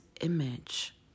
image